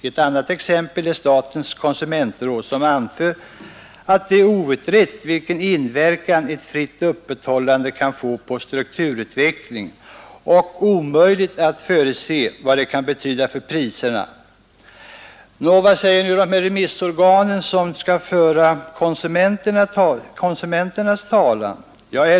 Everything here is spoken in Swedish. Ett annat exempel är statens konsumentråd, som anser det vara outrett vilken inverkan ett fritt öppethållande kan få på strukturutvecklingen och att det är omöjligt att förutse vad det kan betyda för priserna. Nå, vad säger då de remissorgan, som skall föra konsumenternas talan?